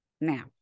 Now